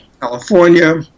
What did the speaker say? California